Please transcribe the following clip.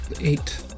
eight